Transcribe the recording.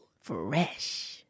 Fresh